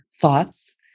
thoughts